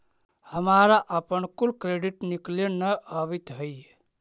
हमारा अपन कुल क्रेडिट निकले न अवित हई